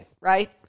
right